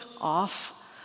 off